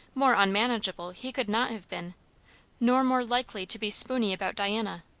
more unmanageable he could not have been nor more likely to be spooney about diana.